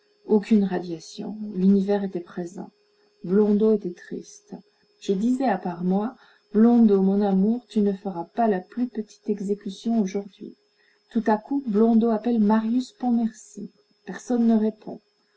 aucune radiation l'univers était présent blondeau était triste je disais à part moi blondeau mon amour tu ne feras pas la plus petite exécution aujourd'hui tout à coup blondeau appelle marius pontmercy personne ne répond